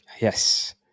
Yes